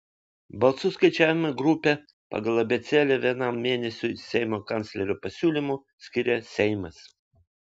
balsų skaičiavimo grupę pagal abėcėlę vienam mėnesiui seimo kanclerio pasiūlymu skiria seimas